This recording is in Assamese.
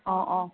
অ অ